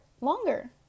longer